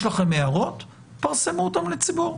יש לכם הערות, פרסמו אותן לציבור.